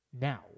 Now